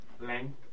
length